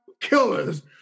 killers